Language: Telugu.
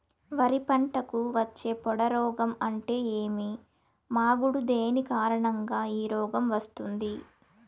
వరి పంటకు వచ్చే పొడ రోగం అంటే ఏమి? మాగుడు దేని కారణంగా ఈ రోగం వస్తుంది?